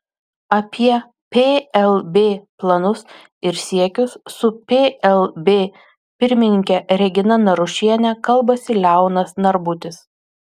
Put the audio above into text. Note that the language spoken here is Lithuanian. apie plb planus ir siekius su plb pirmininke regina narušiene kalbasi leonas narbutis